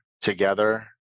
together